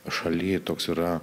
šaly toks yra